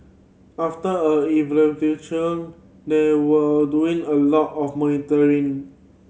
after a they were doing a lot of monitoring